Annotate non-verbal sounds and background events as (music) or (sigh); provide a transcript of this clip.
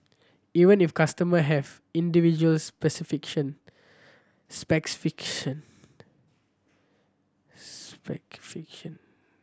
even if customer have individual (unintelligible)